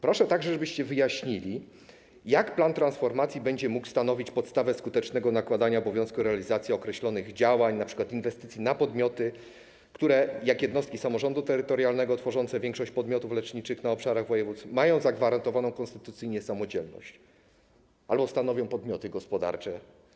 Proszę także, żebyście wyjaśnili, w jaki sposób plan transformacji będzie mógł stanowić podstawę do skutecznego nakładania obowiązku realizacji określonych działań, np. w zakresie inwestycji, na podmioty, które, tak jak jednostki samorządu terytorialnego tworzące większość podmiotów leczniczych na obszarach województw, mają zagwarantowaną konstytucyjnie samodzielność albo stanowią podmioty gospodarcze.